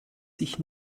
sich